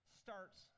starts